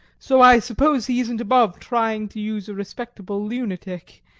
so i suppose he isn't above trying to use a respectable lunatic.